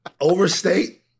overstate